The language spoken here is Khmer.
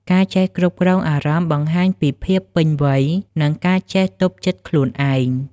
ការចេះគ្រប់គ្រងអារម្មណ៍បង្ហាញពីភាពពេញវ័យ និងការចេះទប់ចិត្តខ្លួនឯង។